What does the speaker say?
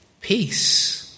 peace